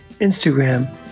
Instagram